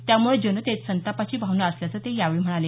त्यामुळे जनतेत संतापाची भावना असल्याचं ते यावेळी म्हणाले